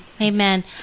Amen